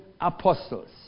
apostles